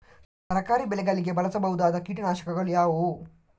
ತರಕಾರಿ ಬೆಳೆಗಳಿಗೆ ಬಳಸಬಹುದಾದ ಕೀಟನಾಶಕಗಳು ಯಾವುವು?